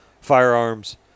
firearms